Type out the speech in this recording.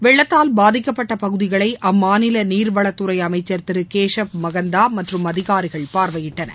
வெள்ளத்தால் பாதிக்கப்பட்ட பகுதிகளை அம்மாநில நீாவளத்துறை அமைச்சா் திரு கேஷப் மகந்தா மற்றம் அதிகாரிகள் பார்வையிட்டனர்